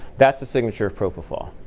that's the signature of propofol.